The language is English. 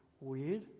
weird